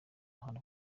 ruhando